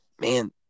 Man